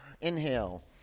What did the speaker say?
inhale